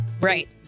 Right